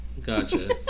Gotcha